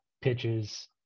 pitches